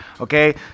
okay